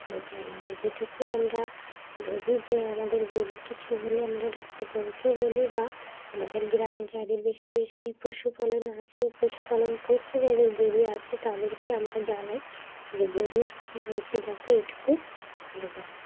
জানি না যেটুকু আমরা বুঝি যে আমাদের গরুর কিছু হলে আমরা ডাক্তারবাবুকে বলি বা আমাদের গ্রামে যাদের বেশি বেশি পশুপালন আছে পশুপালন করছে যাদের গরু আছে তাদেরকে আমরা জানাই যে গরুর কী হয়েছে দেখো এটুকু আমরা জানি